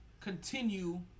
continue